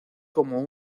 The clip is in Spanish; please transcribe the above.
como